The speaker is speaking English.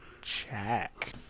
check